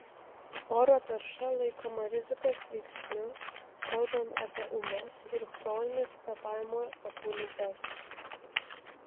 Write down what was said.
oro tarša laikoma rizikos veiksniu kalbant apie ūmias ir chronines kvėpavimo takų ligas